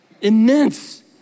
immense